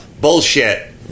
Bullshit